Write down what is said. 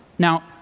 now,